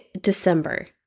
December